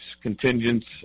contingents